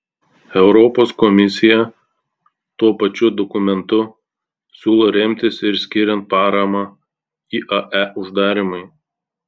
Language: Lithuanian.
europos komisija tuo pačiu dokumentu siūlo remtis ir skiriant paramą iae uždarymui